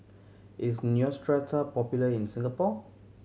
is Neostrata popular in Singapore